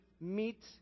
meet